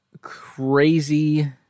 crazy